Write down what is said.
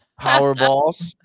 Powerballs